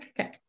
Okay